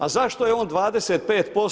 A zašto je on 25%